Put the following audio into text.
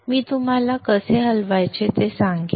मी तुम्हाला कसे हलवायचे ते सांगेन